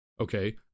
okay